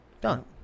Done